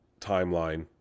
timeline